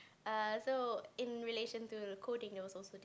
err so in relation to coding there was also